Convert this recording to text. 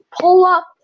pull-up